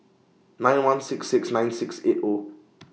nine one six six nine six eight O